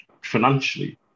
financially